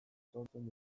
sortzen